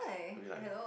I mean like